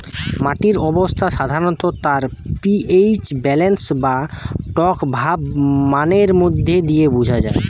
মাটির অবস্থা সাধারণত তার পি.এইচ ব্যালেন্স বা টকভাব মানের মধ্যে দিয়ে বুঝা যায়